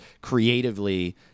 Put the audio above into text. creatively